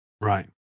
Right